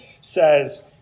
says